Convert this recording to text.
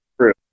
true